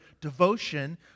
devotion